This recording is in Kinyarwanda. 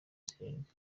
zirindwi